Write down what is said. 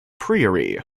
priory